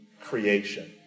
creation